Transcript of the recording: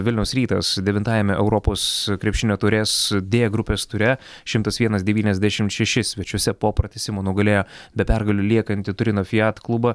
vilniaus rytas devintajame europos krepšinio taurės dė grupės ture šimtas vienas devyniasdešimt šeši svečiuose po pratęsimo nugalėjo be pergalių liekantį turino fiat klubą